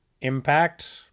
impact